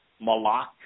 Malak